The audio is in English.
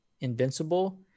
invincible